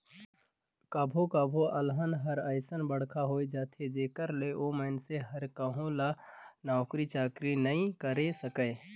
कभो कभो अलहन हर अइसन बड़खा होए जाथे जेखर ले ओ मइनसे हर कहो ल नउकरी चाकरी नइ करे सके